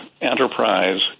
enterprise